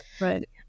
Right